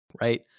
right